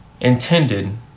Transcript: intended